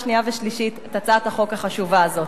שנייה ושלישית את הצעת החוק החשובה הזאת.